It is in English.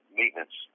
maintenance